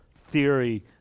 theory